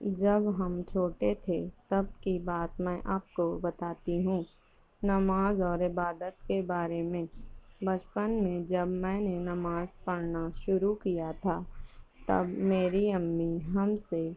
جب ہم چھوٹے تھے تب کی بات میں آپ کو بتاتی ہوں نماز اور عبادت کے بارے میں بچپن میں جب میں نے نماز پڑھنا شروع کیا تھا تب میری امی ہم سے